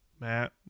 Matt